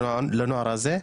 לנוער הזה,